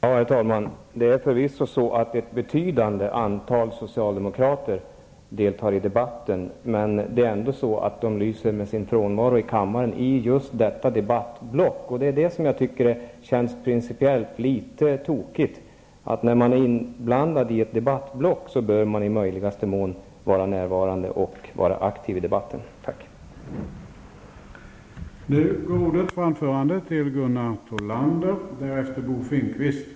Herr talman! Det är förvisso så att ett betydande antal socialdemokrater deltar i debatten, men de lyser ändå med sin frånvaro i kammaren under just detta debattblock. Det känns principiellt litet fel. När man anmält sig till ett debattavsnitt bör man i möjligaste mån vara närvarande och aktiv i debatten. Tack.